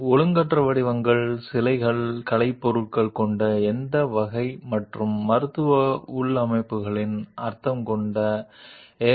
ఏ రకానికి చెందిన ఏరోఫాయిల్లు మరియు సక్రమంగా లేని ఆకారాలు విగ్రహాలు కళాత్మక వస్తువులు ఉన్న మెడికల్ ఇంప్లాంట్లు ఇవి మనం 3 డైమెన్షనల్ మ్యాచింగ్ని ఉపయోగించగల కొన్ని ఉదాహరణలు మాత్రమే